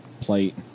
plate